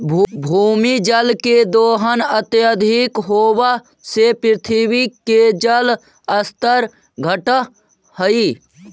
भूमिगत जल के दोहन अत्यधिक होवऽ से पृथ्वी के जल स्तर घटऽ हई